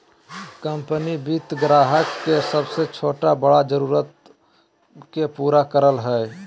company वित्त ग्राहक के सब छोटा बड़ा जरुरत के पूरा करय हइ